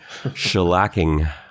shellacking